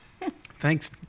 Thanks